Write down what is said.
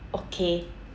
okay